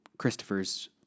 Christopher's